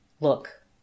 Look